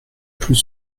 plus